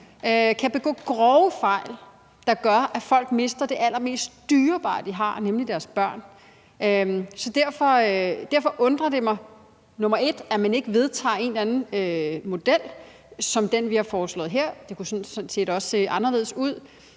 kan begå grove fejl, der gør, at folk mister det allermest dyrebare, de har, nemlig deres børn. Derfor undrer det mig, at man ikke vedtager en eller anden model som den, vi har foreslået her – det kunne sådan set også se anderledes ud